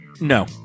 No